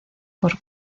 por